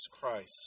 Christ